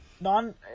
non